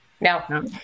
no